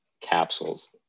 capsules